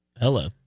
Hello